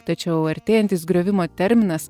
tačiau artėjantis griovimo terminas